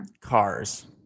Cars